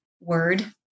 word